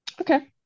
Okay